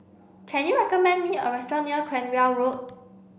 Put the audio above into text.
can you recommend me a restaurant near Cranwell Road